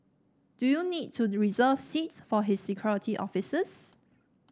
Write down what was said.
do you need to reserve seats for his security officers